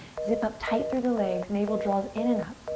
zip up tight through the legs navel draws in and up.